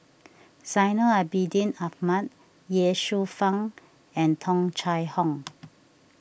Zainal Abidin Ahmad Ye Shufang and Tung Chye Hong